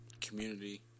community